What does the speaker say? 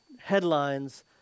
headlines